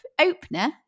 opener